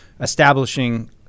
establishing